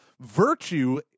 virtue